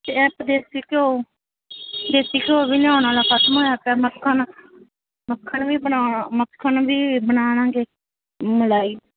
ਦੇਸੀ ਘਿਓ ਦੇਸੀ ਘਿਓ ਵੀ ਲਿਆਉਣ ਵਾਲਾ ਖ਼ਤਮ ਹੋਇਆ ਪਿਆ ਮਕਾ ਨਾ ਮੱਖਣ ਵੀ ਬਣਾ ਮੱਖਣ ਵੀ ਬਣਾ ਲਵਾਂਗੇ ਮਲਾਈ